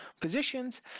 positions